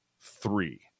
three